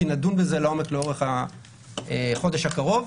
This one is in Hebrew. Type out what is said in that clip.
כי נדון בזה לעומק לאורך החודש הקרוב,